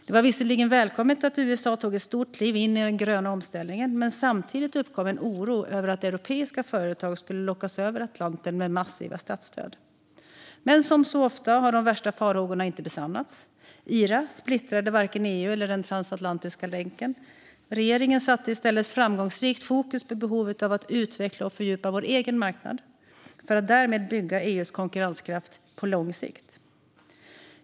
Det var visserligen välkommet att USA tog ett stort kliv in i den gröna omställningen, men samtidigt uppkom en oro för att europeiska företag skulle lockas över Atlanten med massiva statsstöd. Men som så ofta har de värsta farhågorna inte besannats. IRA splittrade varken EU eller den transatlantiska länken. Regeringen satte i stället framgångsrikt fokus på behovet av att utveckla och fördjupa vår egen marknad för att därmed bygga EU:s konkurrenskraft på lång sikt.